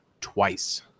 twice